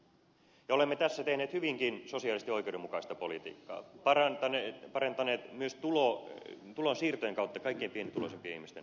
me olemme tässä tehneet hyvinkin sosiaalisesti oikeudenmukaista politiikkaa parantaneet myös tulonsiirtojen kautta kaikkein pienituloisimpien ihmisten elinmahdollisuuksia